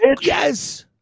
Yes